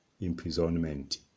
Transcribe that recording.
imprisonment